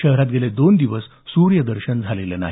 शहरात गेले दोन दिवस सूर्यदर्शन झाल नाही